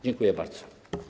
Dziękuję bardzo.